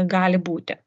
gali būti